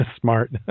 smart